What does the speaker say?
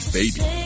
baby